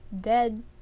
dead